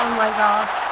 my gosh.